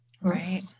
Right